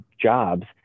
jobs